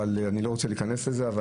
אני לא רוצה להיכנס לזה.